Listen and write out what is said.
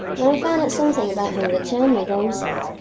but i found out something about him that turned me against him.